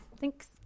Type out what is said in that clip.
Thanks